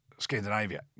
Scandinavia